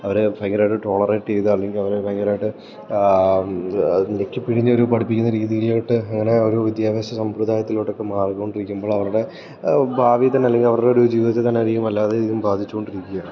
അവർ ഭയങ്കരായ്ട്ട് ടോളറേറ്റ് ചെയ്ത് അല്ലെങ്കിൽ അവര് ഭയങ്കരായിട്ട് ഞെക്കിപിഴിഞൊരു പഠിപ്പിക്കുന്ന രീതിയിലോട്ട് അങ്ങനെ ഒരു വിദ്യാഭ്യാസ സമ്പ്രദായത്തിലോട്ടൊക്കെ മാറുകൊണ്ടിരിക്കുമ്പോൾ അവരുടെ ഭാവി തന്നെ അല്ലെങ്കിൽ അവരുടെ ഒരു ജീവിതത്തിൽ തന്നെ അധികം അല്ലാതെയധികം ബാധിച്ചുകോണ്ടിരിക്കയാണ്